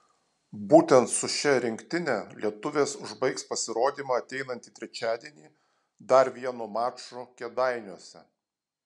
būtent su šia rinktine lietuvės užbaigs pasirodymą ateinantį trečiadienį dar vienu maču kėdainiuose